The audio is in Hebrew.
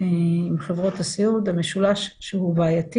עם חברות הסיעוד, המשולש שהוא בעייתי